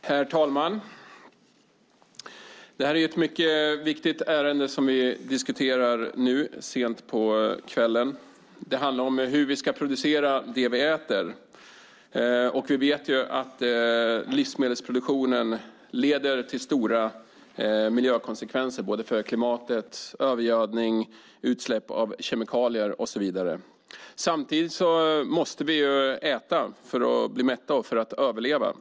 Herr talman! Det är ett mycket viktigt ärende som vi diskuterar nu sent på kvällen. Det handlar om hur vi ska producera det vi äter. Vi vet att livsmedelsproduktionen leder till stora miljökonsekvenser för klimatet genom övergödning, utsläpp av kemikalier och så vidare. Samtidigt måste vi ju äta för att bli mätta och för att överleva.